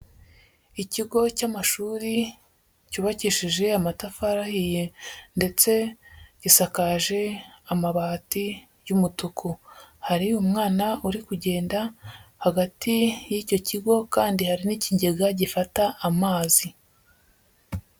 Ikigo cy'amashuri cyubakishije amatafari ahiye ndetse gisakaje amabati y'umutuku, hari umwana uri kugenda hagati y'icyo kigo kandi hari n'ikigega gifata amazi.